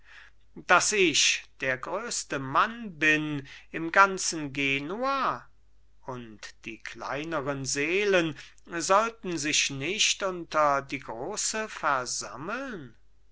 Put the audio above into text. daß ich der größte mann bin im ganzen genua und die kleineren seelen sollten sich nicht unter die große versammeln